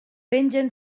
pengen